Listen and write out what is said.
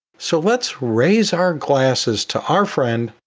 so let's raise our glasses to our friend,